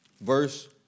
Verse